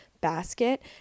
Basket